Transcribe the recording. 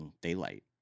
daylight